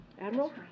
admiral